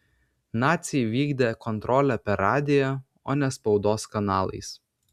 naciai vykdė kontrolę per radiją o ne spaudos kanalais